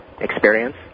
experience